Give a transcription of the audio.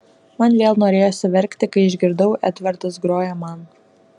man vėl norėjosi verkti kai išgirdau edvardas groja man